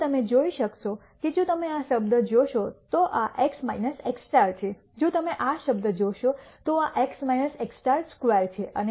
હવે તમે જોઈ શકશો કે જો તમે આ શબ્દ જોશો તો આ x x છે જો તમે આ શબ્દ જોશો તો આ x x સ્ક્વેર છે અને તેથી વધુ